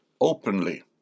openly